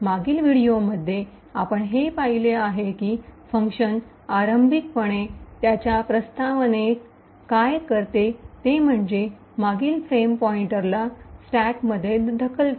मागील व्हिडिओमध्ये आपण हे पाहिले आहे की हे फंक्शन आरंभिकपणे त्याच्या प्रस्तावनेत प्रीऐम्बल Preamble काय करते ते म्हणजे मागील फ्रेम पॉईंटरला स्टॅकमध्ये ढकलते